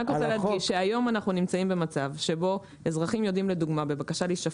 היום אנחנו נמצאים במצב שבו אזרחים יודעים שלדוגמה בבקשה להישפט,